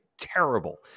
terrible